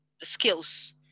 skills